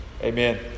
Amen